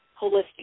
holistic